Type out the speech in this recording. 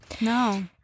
no